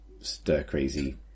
stir-crazy